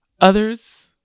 others